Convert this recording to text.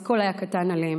הכול היה קטן עליהם.